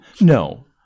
No